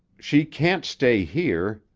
she can't stay here,